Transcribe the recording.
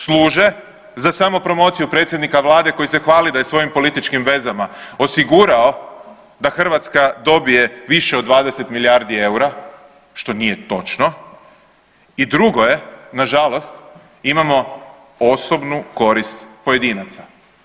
Služe za samo promociju predsjednika Vlade koji se hvali da je svojim političkim vezama osigurao da Hrvatska dobije više od 20 milijardi eura što nije točno i drugo je nažalost, imamo osobnu korist pojedinaca.